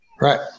right